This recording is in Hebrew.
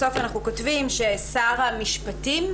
בסוף אנחנו כותבים ששר המשפטים,